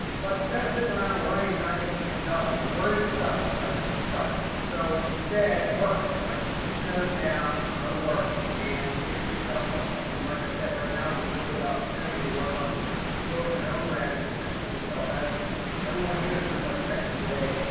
but instead of sitting around worrying and not get anything done, worry sucks, right? it sucks. so instead, work, right, put your nose down, go to work and get some stuff done. and like i said, right now is a really good opportunity to work on building your own brand and positioning yourself as everyone here is pretty much mentioned today.